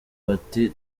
bati